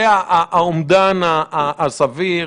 זה האומדן הסביר.